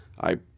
I-